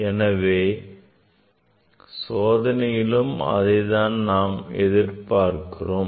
எனவே சோதனையிலும் அதைத்தான் நாம் எதிர்பார்க்கிறோம்